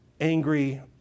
angry